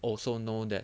also know that